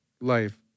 life